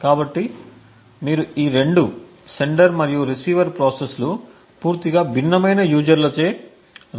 కాబట్టి మీరు ఈ రెండూ సెండర్ మరియు రిసీవర్ ప్రాసెస్లు పూర్తిగా భిన్నమైన యూజర్లచే రన్ అవుతున్నాయని అనుకోవచ్చు